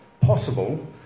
possible